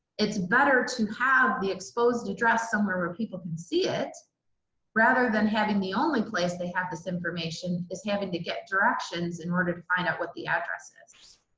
it's better to have the exposed address somewhere where people can see it rather than having the only place they have this information is having to get directions in order to find out what the address is.